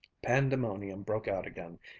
pandemonium broke out again,